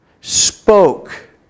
spoke